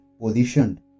positioned